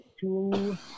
two